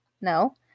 No